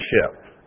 relationship